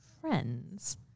friends